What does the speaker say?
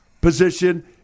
position